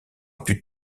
plus